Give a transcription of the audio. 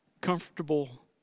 comfortable